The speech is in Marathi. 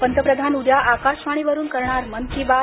पंतप्रधान उद्या आकाशवाणीवरून करणार मन की बात